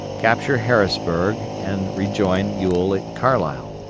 capture harrisburg and rejoin ewell at carlisle.